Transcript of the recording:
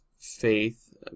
faith